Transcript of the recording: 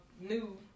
new